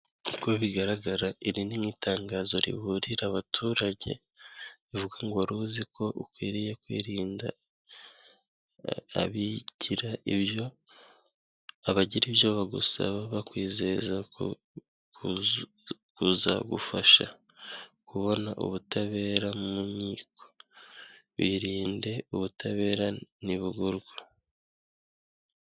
Uko bigaragara iri ni nk'itangazo riburira abaturage rivuga ngo, wari uziko ukwiriye kwirinda abigira ibyo abagira ibyo bagusaba bakwizezako buzagufasha kubona ubutabera mu nkiko! Birinde ubutabera ntibugurwa.